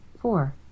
Four